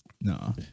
No